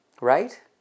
Right